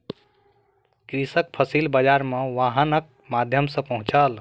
कृषक फसिल बाजार मे वाहनक माध्यम सॅ पहुँचल